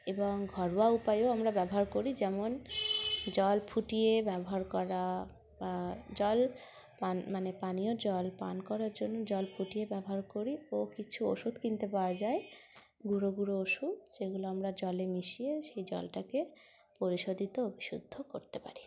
এবং ঘরোয়া উপায়েও আমরা ব্যবহার করি যেমন জল ফুটিয়ে ব্যবহার করা বা জল পান মানে পানীয় জল পান করার জন্য জল ফুটিয়ে ব্যবহার করি ও কিছু ওষুধ কিনতে পাওয়া যায় গুঁড়ো গুঁড়ো ওষুধ সেগুলো আমরা জলে মিশিয়ে সেই জলটাকে পরিশোধিত ও বিশুদ্ধ করতে পারি